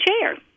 chair